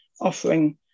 offering